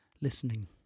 listening